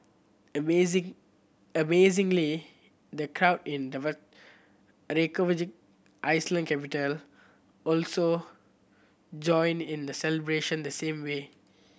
amazing amazingly the crowd in the Iceland capital also joined in the celebration the same way